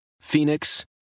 Phoenix